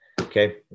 Okay